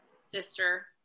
sister